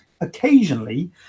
Occasionally